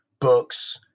books